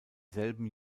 selben